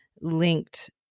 linked